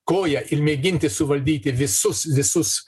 koja ir mėginti suvaldyti visus visus